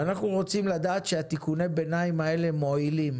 אנחנו רוצים לדעת שתיקוני הביניים האלה מועילים